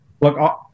Look